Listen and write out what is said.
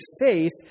faith